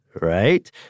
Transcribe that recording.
right